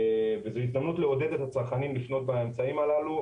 וזו הזדמנות לעודד את הצרכנים לפנות באמצעים הללו.